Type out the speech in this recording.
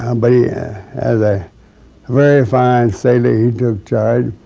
um but yeah as a very fine sailor he took charge,